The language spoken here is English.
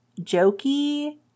jokey